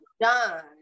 done